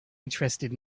interested